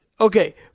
Okay